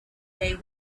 they